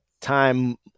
time